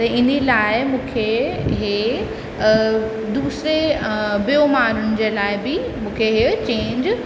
भई इन्हीअ लाइ मूंखे हे दूसरे ॿियो माण्हुनि जे लाइ बि मूंखे हीउ चेंज